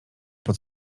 pod